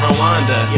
Rwanda